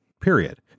period